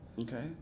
Okay